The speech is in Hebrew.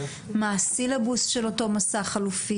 מה הסילבוס של אותו מסע חלופי,